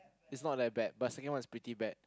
it's not that bad but second one was pretty bad